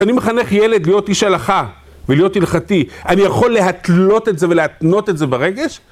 אני מחנך ילד להיות איש הלכה ולהיות הלכתי, אני יכול להתלות את זה ולהתנות את זה ברגש?